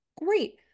great